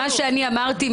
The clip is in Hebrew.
מה שאמרתי,